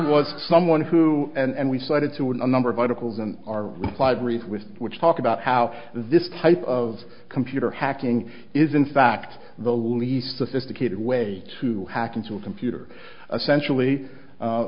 was someone who and we cited to a number of articles and our libraries with which talk about how this type of computer hacking is in fact the least sophisticated way to hack into a computer a sensually